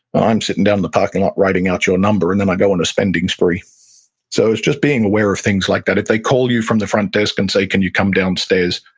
um sitting down in the parking lot writing out your number and then i go on a spending spree so it's just being aware of things like that. if they call you from the front desk and say, can you come downstairs?